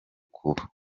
kuba